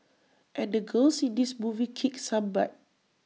and the girls in this movie kick some butt